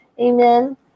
amen